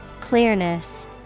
Clearness